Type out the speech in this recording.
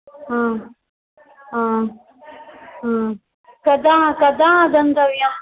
हा हा हा कदा कदा आगन्तव्यम्